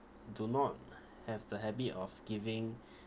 do not have the habit of giving